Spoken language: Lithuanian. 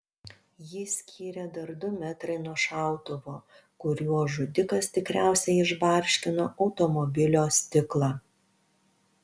jį skyrė dar du metrai nuo šautuvo kuriuo žudikas tikriausiai išbarškino automobilio stiklą